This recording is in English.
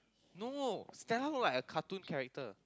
no Stella look like a cartoon character